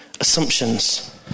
assumptions